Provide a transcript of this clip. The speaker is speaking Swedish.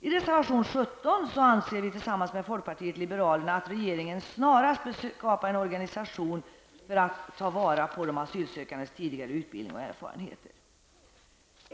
I reservation 17 anser vi tillsammans med folkpartiet liberalerna att regeringen snarast bör skapa en organisation för att ta till vara de asylsökandes tidigare utbildning och erfarenheter.